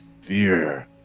fear